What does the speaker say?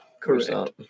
Correct